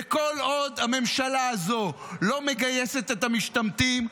כל עוד הממשלה הזאת לא מגייסת את המשתמטים,